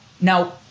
Now